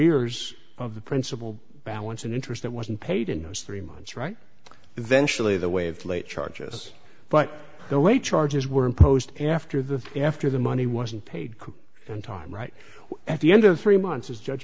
years of the principle balance an interest that wasn't paid in those three months right eventually the way of late charges but the way charges were imposed after the after the money wasn't paid and time right at the end of three months is judge